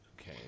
Okay